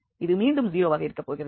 இது மீண்டும் 0 வாகப் போகிறது